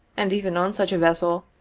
and even on such a vessel,